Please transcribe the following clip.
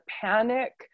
panic